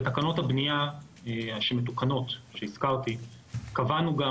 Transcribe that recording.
בתקנות הבנייה המתוקנות שהזכרתי קבענו גם